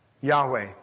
Yahweh